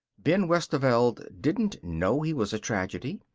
ben westerveld didn't know he was a tragedy.